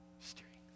strength